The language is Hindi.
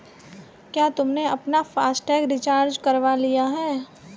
क्या तुमने अपना फास्ट टैग रिचार्ज करवा लिया है?